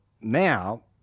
now